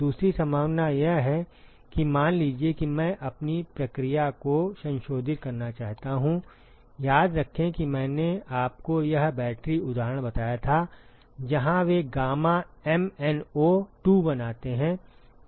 दूसरी संभावना यह है कि मान लीजिए कि मैं अपनी प्रक्रिया को संशोधित करना चाहता हूं याद रखें कि मैंने आपको यह बैटरी उदाहरण बताया था जहां वे गामा एमएनओ 2 बनाते हैं